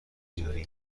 ایرانی